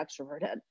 extroverted